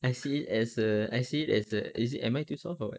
I see as a I see it as the is it am I too soft or what